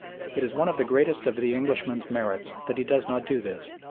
it is one of the greatest of the englishman's merits that he does not do this.